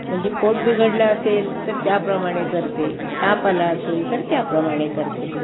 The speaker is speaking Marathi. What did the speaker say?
म्हणजे पोट बिघडलं असेल तर त्याप्रमाणे करते ताप आला असेल तर त्याप्रमाणे करते